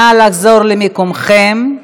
נא לחזור למקומכם.